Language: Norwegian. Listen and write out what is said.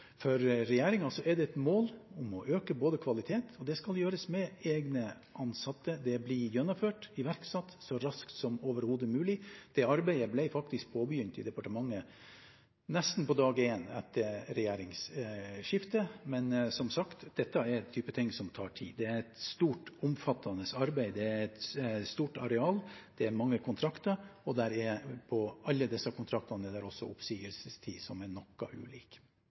er det et mål om å øke kvaliteten. Det skal gjøres med egne ansatte og det blir gjennomført – iverksatt – så raskt som overhodet mulig. Det arbeidet ble faktisk påbegynt i departementet nesten på dag én etter regjeringsskiftet. Men som sagt, dette er en type ting som tar tid – det er et stort og omfattende arbeid. Det er et stort areal, det er mange kontrakter og i alle disse kontraktene er det oppsigelsestider som er ulike.